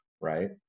right